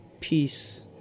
peace